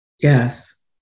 Yes